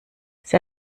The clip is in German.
sie